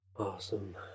awesome